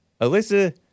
Alyssa